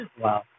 wow